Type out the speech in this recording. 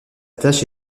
tâche